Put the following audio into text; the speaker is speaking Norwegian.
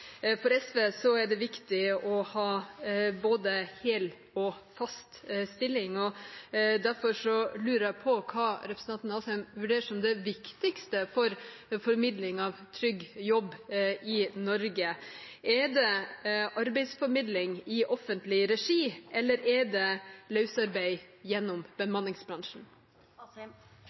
For SV er det viktig å ha både hele og faste stillinger, og derfor lurer jeg på hva representanten Asheim vurderer som det viktigste for formidling av trygg jobb i Norge. Er det arbeidsformidling i offentlig regi, eller er det løsarbeid gjennom bemanningsbransjen?